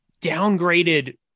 downgraded